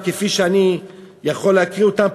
כפי שאני יכול להכיר אותם,